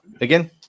Again